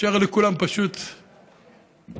יאפשרו לכולם פשוט לחיות.